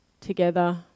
together